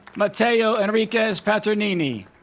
mateo enriquez-paternini